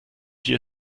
hier